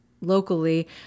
locally